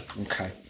okay